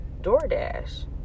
DoorDash